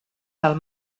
del